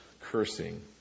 cursing